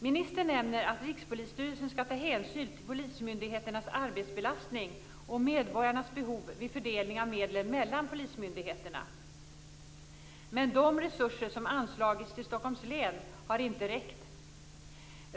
Ministern nämner att Rikspolisstyrelsen skall ta hänsyn till polismyndigheternas arbetsbelastning och medborgarnas behov vid fördelning av medlen mellan polismyndigheterna. Men de resurser som anslagits till Stockholms län har inte räckt.